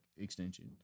extension